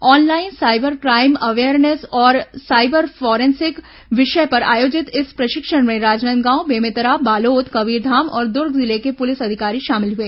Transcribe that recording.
online cyber crime awareness और cyber forensic विषय पर आयोजित इस प्रशिक्षण में राजनांदगांव बेमेतरा बालोद कबीरधाम और दुर्ग जिले के पुलिस अधिकारी शामिल हुए